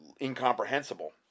incomprehensible